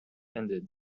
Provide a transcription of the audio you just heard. ended